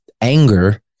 anger